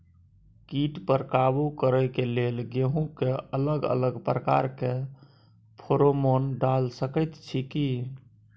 कीट पर काबू करे के लेल गेहूं के अलग अलग प्रकार के फेरोमोन डाल सकेत छी की?